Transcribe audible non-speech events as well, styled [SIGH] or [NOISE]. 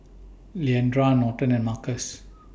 Leandra Norton and Markus [NOISE]